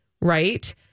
right